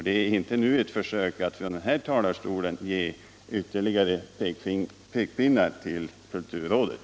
Det är inte ett försök att från kammarens talarstol ge ytterligare pekpinnar till kulturrådet.